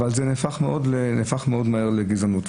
אבל זה נהפך מהר מאוד לגזענות.